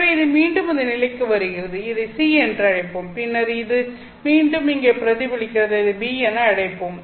எனவே இது மீண்டும் இந்த நிலைக்கு வருகிறது இதை C என அழைப்போம் பின்னர் இது மீண்டும் இங்கே பிரதிபலிக்கிறது இதை B என அழைப்போம்